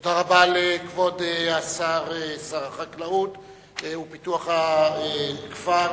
תודה רבה לכבוד שר החקלאות ופיתוח הכפר.